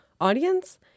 audience